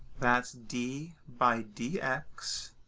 that's d by dx